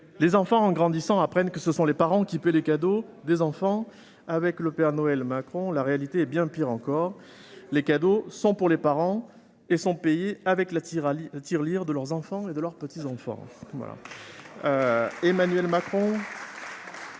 Les enfants, en grandissant, apprennent que ce sont les parents qui paient leurs cadeaux. Avec le père Noël Macron, la réalité est bien pire encore : les cadeaux sont pour les parents et sont payés avec la tirelire de leurs enfants et petits-enfants